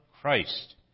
Christ